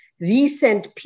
recent